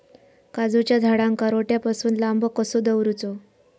काजूच्या झाडांका रोट्या पासून लांब कसो दवरूचो?